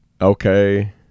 okay